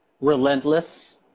relentless